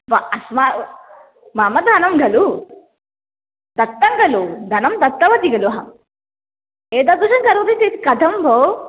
वा अस्माकं मम धनं खलु दत्तं खलु धनं दत्तवती खलु अहम् एतादृशं करोति चेत् कथं भो